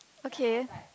okay